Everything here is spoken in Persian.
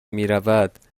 میرود